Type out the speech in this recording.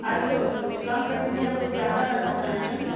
अरे तो कुछ कम कर दीजिए हमको ज़्यादा लगावाना है ना